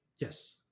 Yes